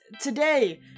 Today